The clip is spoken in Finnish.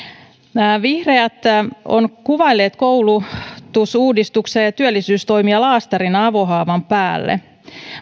vihreät ovat kuvailleet koulutusuudistuksia ja ja työllisyystoimia laastariksi avohaavan päälle